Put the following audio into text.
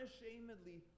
unashamedly